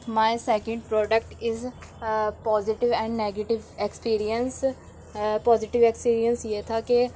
my second product is positive and negative experience positive experience یہ تھا کہ